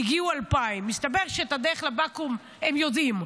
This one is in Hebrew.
הגיעו 2,000. מסתבר שאת הדרך לבקו"ם הם יודעים,